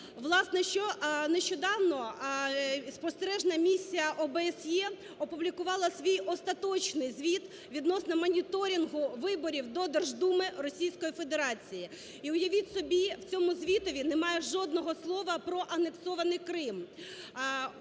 Власне, нещодавно спостережна місія ОБСЄ опублікувала свій остаточний звіт відносно моніторингу виборів до Держдуми Російської Федерації. І уявіть собі, у цьому звітові немає жодного слова про анексований Крим.